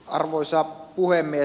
arvoisa puhemies